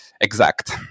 exact